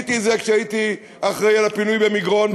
עשיתי את זה כשהייתי אחראי לפינוי במגרון,